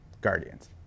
Guardians